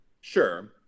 Sure